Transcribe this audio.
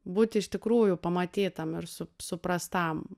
būti iš tikrųjų pamatytam ir sup suprastam